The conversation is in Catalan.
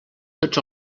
tots